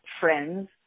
Friends